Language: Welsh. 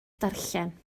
darllen